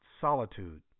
solitude